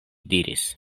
diris